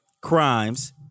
crimes